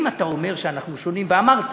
אם אתה אומר שאנחנו שונים, ואמרת,